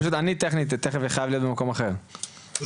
פשוט אני טכנית חייב להיות במקום אחר תכף,